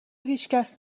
هیچکس